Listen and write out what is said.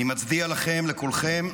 אני מצדיע לכם, לכולכם.